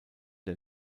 der